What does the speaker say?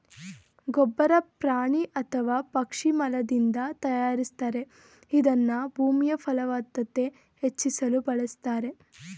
ಗೊಬ್ಬರ ಪ್ರಾಣಿ ಅಥವಾ ಪಕ್ಷಿ ಮಲದಿಂದ ತಯಾರಿಸ್ತಾರೆ ಇದನ್ನ ಭೂಮಿಯಫಲವತ್ತತೆ ಹೆಚ್ಚಿಸಲು ಬಳುಸ್ತಾರೆ